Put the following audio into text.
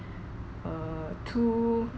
err two